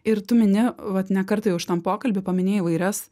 ir tu mini vat ne kartą jau šitam pokalby paminėjai įvairias